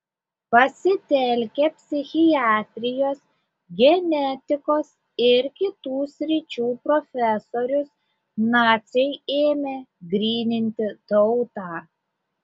pasitelkę psichiatrijos genetikos ir kitų sričių profesorius naciai ėmė gryninti tautą